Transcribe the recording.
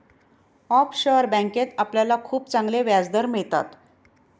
offshore बँकेत आपल्याला खूप चांगले व्याजदर मिळतात